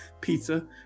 pizza